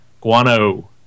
Guano